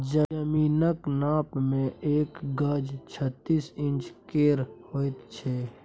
जमीनक नाप मे एक गज छत्तीस इंच केर होइ छै